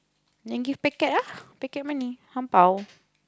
then give packet lah packet money ang-bao